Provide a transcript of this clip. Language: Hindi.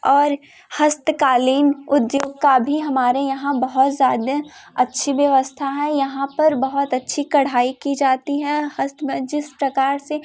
और हस्तकालीन उद्योगों का भी हमारे यहाँ बहुत ज़्यादा अच्छी व्यवस्था है यहाँ पर बहुत अच्छी कड़ाही की जाती है हस्त में जिस प्रकार से